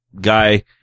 guy